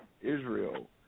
israel